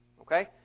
Okay